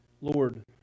Lord